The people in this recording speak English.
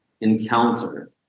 encounter